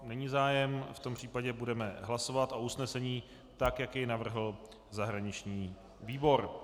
Není zájem, v tom případě budeme hlasovat o usnesení tak, jak jej navrhl zahraniční výbor.